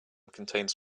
contains